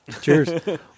Cheers